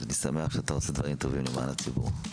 אני שמח שאתה עושה דברים טובים למען הציבור.